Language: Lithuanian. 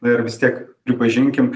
ir vis tiek pripažinkim